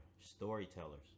storytellers